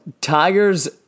Tiger's